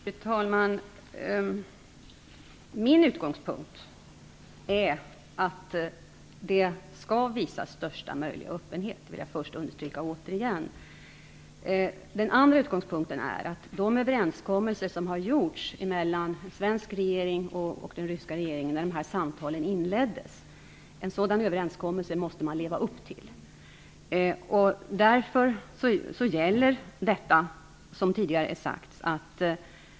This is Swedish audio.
Fru talman! Min utgångspunkt är att det skall visas största möjliga öppenhet. Jag vill återigen understryka det. Den andra utgångspunkten är att man måste leva upp till de överenskommelser som har gjorts mellan den svenska och den ryska regeringen när dessa samtal inleddes. Därför gäller det som tidigare har sagts.